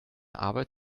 arbeit